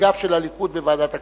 נציגיו של הליכוד בוועדת הכספים.